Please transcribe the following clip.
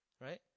Right